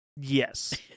Yes